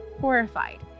horrified